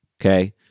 okay